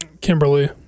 Kimberly